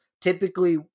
typically